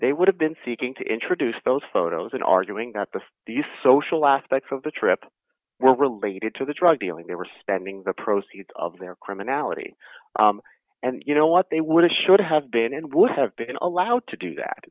they would have been seeking to introduce those photos and arguing that the the social aspects of the trip were related to the drug dealing they were spending the proceeds of their criminality and you know what they would should have been and would have been allowed to do that